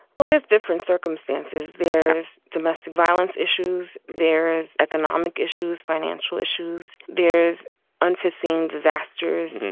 well, there's different circumstances. there's domestic violence issues. there is economic issues, financial issues. there's unforeseen disasters.